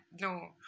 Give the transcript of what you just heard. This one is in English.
No